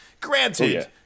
Granted